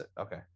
okay